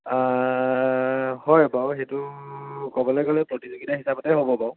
হয় বাৰু সেইটো ক'বলৈ গ'লে প্ৰতিযোগিতা হিচাপতে হ'ব বাৰু